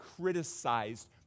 criticized